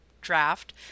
draft